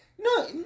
No